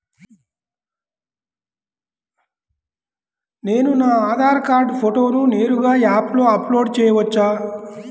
నేను నా ఆధార్ కార్డ్ ఫోటోను నేరుగా యాప్లో అప్లోడ్ చేయవచ్చా?